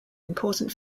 important